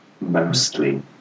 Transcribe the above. Mostly